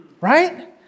Right